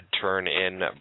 turn-in